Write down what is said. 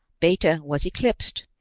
beta was eclipsed,